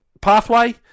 Pathway